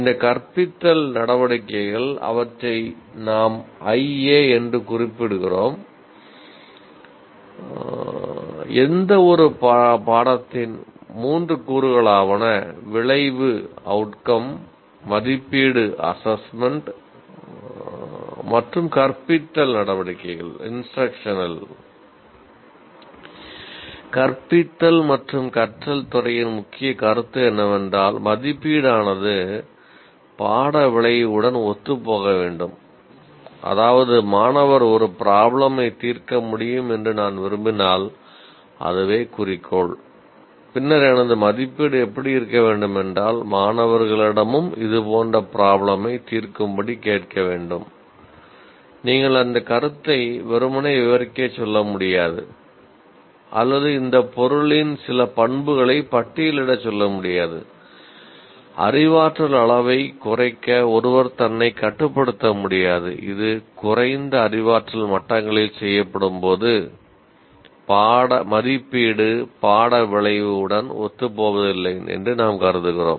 இந்த கற்பித்தல் நடவடிக்கைகள் கற்பித்தல் மற்றும் கற்றல் துறையின் முக்கிய கருத்து என்னவென்றால் மதிப்பீடு உடன் ஒத்துப்போவதில்லை என்று நாம் கருதுகிறோம்